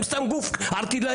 הם סתם גוף ערטילאי.